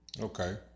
Okay